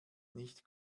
nicht